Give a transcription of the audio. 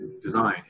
design